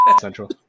Central